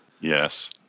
Yes